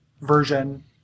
version